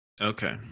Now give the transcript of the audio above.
Okay